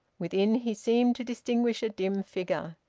within, he seemed to distinguish a dim figure.